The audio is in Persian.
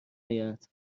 اید